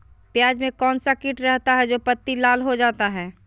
प्याज में कौन सा किट रहता है? जो पत्ती लाल हो जाता हैं